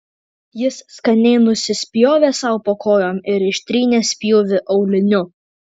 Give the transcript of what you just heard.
jis skaniai nusispjovė sau po kojom ir ištrynė spjūvį auliniu